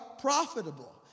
profitable